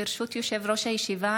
ברשות יושב-ראש הישיבה,